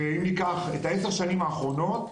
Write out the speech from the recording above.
אם ניקח את ה-10 שנים האחרונות,